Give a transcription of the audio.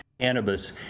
cannabis